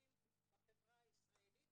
וההורים בחברה הישראלית,